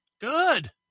Good